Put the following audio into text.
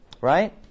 Right